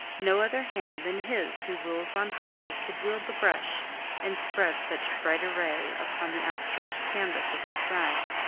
no other hand than his who rules on high, could wield the brush and spread such bright array upon the outstretched canvas of the sky,